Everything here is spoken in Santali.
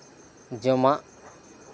ᱡᱚᱢᱟᱜ